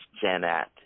Janet